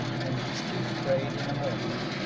and his teeth brayed in a mortar,